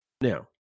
Now